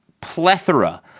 plethora